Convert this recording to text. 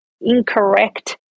incorrect